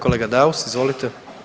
Kolega Daus, izvolite.